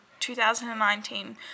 2019